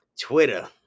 Twitter